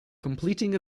completing